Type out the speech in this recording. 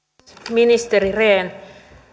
ministeri rehn